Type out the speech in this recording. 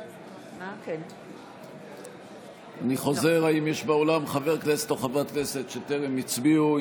אני חוזר: האם יש באולם חבר כנסת או חברת כנסת שטרם הצביעו?